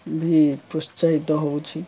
ବି ପ୍ରୋତ୍ସାହିତ ହେଉଛି